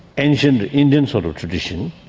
ancient indian sort of tradition,